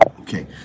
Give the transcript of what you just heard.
Okay